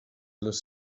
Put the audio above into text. les